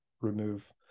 remove